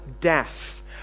death